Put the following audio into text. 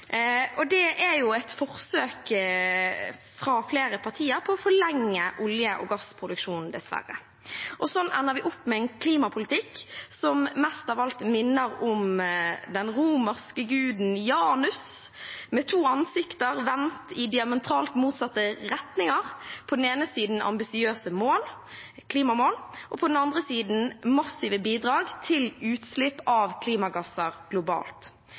Det er dessverre et forsøk fra flere partier på å forlenge olje- og gassproduksjonen. Sånn ender vi opp med en klimapolitikk som mest av alt minner om den romerske guden Janus, med to ansikter vendt i diametralt motsatte retninger – på den ene siden ambisiøse klimamål og på den andre siden massive bidrag til utslipp av klimagasser globalt.